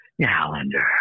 Calendar